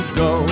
go